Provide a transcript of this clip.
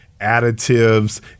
additives